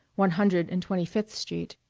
one hundred and twenty-fifth street,